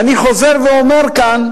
ואני חוזר ואומר כאן,